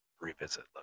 revisit